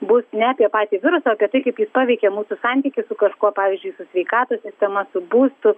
bus ne apie patį virusą o apie tai kaip jis paveikė mūsų santykį su kažkuo pavyzdžiui su sveikatos sistema su būstu